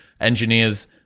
engineers